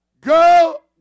Go